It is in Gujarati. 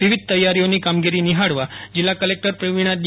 વિવિધ તૈયારીઓની કામગીરી નિહાળવા જિલ્લા કલેકટર પ્રવીણા ડી